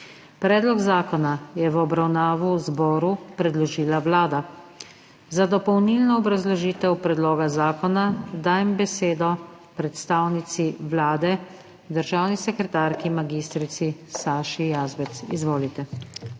Predlog odloka je v obravnavo zboru predložila Vlada. Za dopolnilno obrazložitev predloga odloka dajem besedo predstavnici Vlade, in sicer državni sekretarki mag. Saši Jazbec. Izvolite.